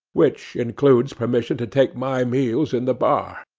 which includes permission to take my meals in the bar,